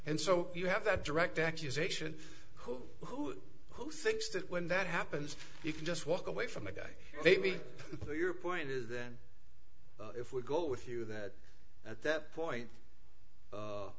and so you have that direct accusation who who who thinks that when that happens you can just walk away from the guy maybe your point is then if we go with you that at that point